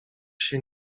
się